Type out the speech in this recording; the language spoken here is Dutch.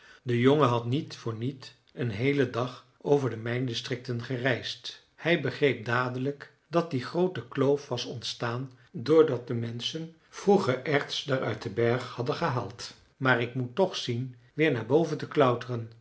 de jongen had niet voor niet een heelen dag over de mijndistricten gereisd hij begreep dadelijk dat die groote kloof was ontstaan doordat de menschen vroeger erts daar uit den berg hadden gehaald maar ik moet toch zien weer naar boven te klauteren